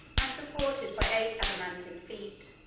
and supported by eight adamantine feet,